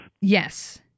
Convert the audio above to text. yes